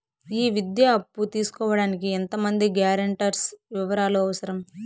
ఈ విద్యా అప్పు తీసుకోడానికి ఎంత మంది గ్యారంటర్స్ వివరాలు అవసరం?